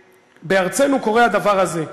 ובארצנו קורה הדבר הזה,